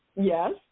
Yes